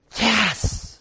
Yes